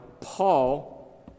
Paul